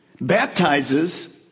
baptizes